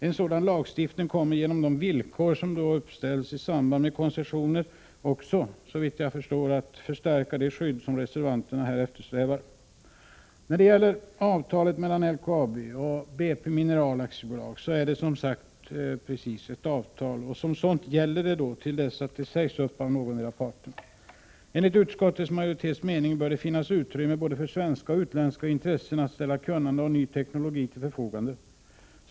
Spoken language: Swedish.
En sådan lagstiftning kommer genom de villkor som kan uppställas för en koncession också att förstärka det skydd som reservanterna eftersträvar. Avtalet mellan LKAB och BP Mineral AB är, som sagt, ett avtal, och som sådant gäller det till dess att det sägs upp av någondera parten. Enligt utskottets mening bör det finns utrymme för både svenska och utländska intressen att ställa kunnande och ny teknologi till förfogande.